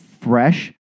fresh